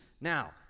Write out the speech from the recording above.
Now